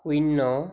শূন্য